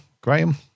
Graham